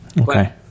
Okay